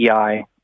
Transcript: EI